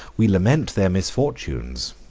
we lament their misfortunes,